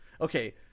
okay